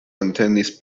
entenis